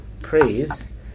praise